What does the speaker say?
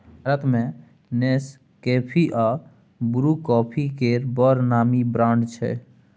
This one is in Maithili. भारत मे नेसकेफी आ ब्रु कॉफी केर बड़ नामी ब्रांड छै